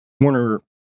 Warner